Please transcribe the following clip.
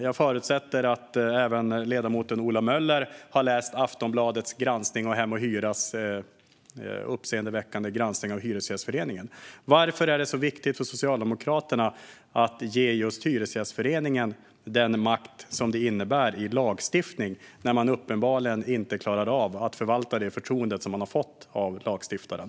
Jag förutsätter att även ledamoten Ola Möller har läst Aftonbladets och Hem & Hyras uppseendeväckande granskning av Hyresgästföreningen. Varför är det så viktigt för Socialdemokraterna att ge just Hyresgästföreningen den makt som det innebär i lagstiftning när de uppenbarligen inte klarar av att förvalta det förtroende som de har fått av lagstiftaren?